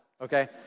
okay